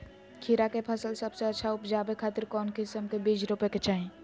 खीरा के फसल सबसे अच्छा उबजावे खातिर कौन किस्म के बीज रोपे के चाही?